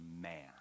man